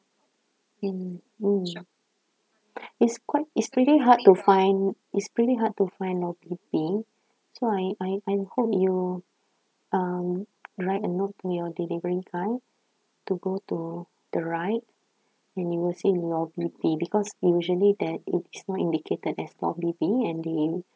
and mm it's quite it's really hard to find it's pretty hard to find lobby B so I I I hope you um write a note to your delivery guy to go to the right and they will see lobby B because usually there is no indicator that's lobby B and they